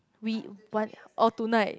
we what oh tonight